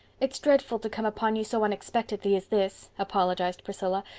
it's dreadful to come upon you so unexpectedly as this, apologized priscilla,